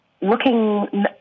looking